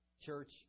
Church